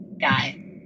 guy